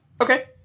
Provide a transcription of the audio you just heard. Okay